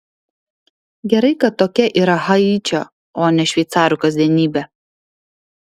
gerai kad tokia yra haičio o ne šveicarų kasdienybė